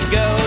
go